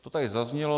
To tady zaznělo.